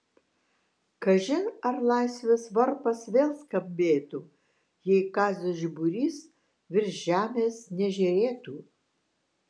kažin ar laisvės varpas vėl skambėtų jei kazio žiburys virš žemės nežėrėtų